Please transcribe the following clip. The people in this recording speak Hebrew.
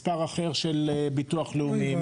מספר אחר של ביטוח לאומי- - אוי ואבוי.